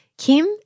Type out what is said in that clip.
Kim